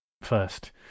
first